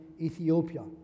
Ethiopia